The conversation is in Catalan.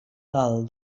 del